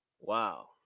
Wow